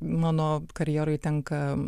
mano karjeroj tenka